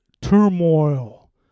turmoil